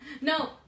No